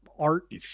art